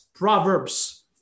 Proverbs